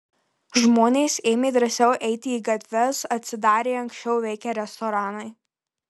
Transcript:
žmonės ėmė drąsiau eiti į gatves atsidarė anksčiau veikę restoranai